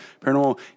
paranormal